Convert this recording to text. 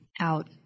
out